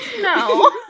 no